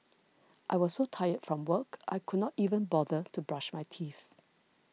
I was so tired from work I could not even bother to brush my teeth